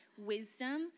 wisdom